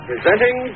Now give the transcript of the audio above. Presenting